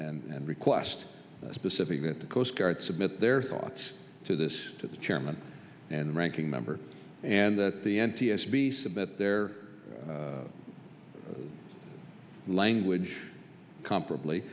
and request specific that the coast guard submit their thoughts to this to the chairman and ranking member and that the n t s b submit their language comparably